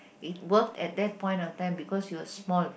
it worked at that point of time because you were small